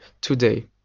today